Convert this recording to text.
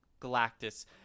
Galactus